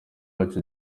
wacu